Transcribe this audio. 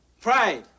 Pride